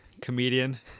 comedian